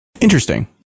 Interesting